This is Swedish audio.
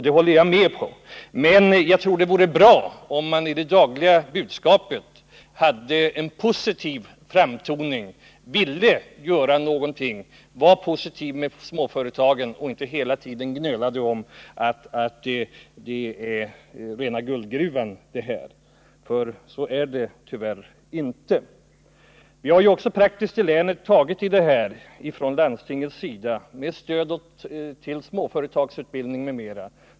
Det håller jag med om, men jag tror det vore bra om man i det dagliga budskapet hade en positiv framtoning, ville göra någonting, var positivt inställd till småföretagen och inte hela tiden gnölade om att det här är rena guldgruvan. Så är det tyvärr inte. I länet har vi också tagit praktiskt i det här från landstingets sida med stöd till småföretagsutbildning m.m.